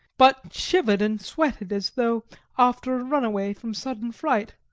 but shivered and sweated as though after a runaway from sudden fright.